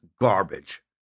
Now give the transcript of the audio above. garbage